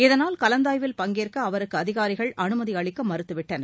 இதனால் கலந்தாய்வில் பங்கேற்க அவருக்கு அதிகாரிகள் அனுமதி அளிக்க மறுத்துவிட்டனர்